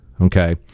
Okay